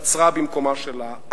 התבצרה במקומה שלה,